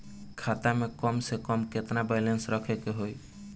खाता में कम से कम केतना बैलेंस रखे के होईं?